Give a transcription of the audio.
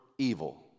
evil